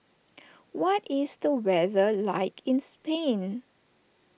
what is the weather like in Spain